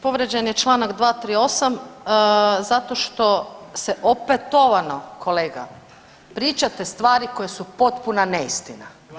Povrijeđen je čl. 238. zato što se opetovano kolega pričate stvari koje su potpuna neistina.